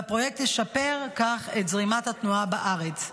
והפרויקט ישפר כך את זרימת התנועה בארץ,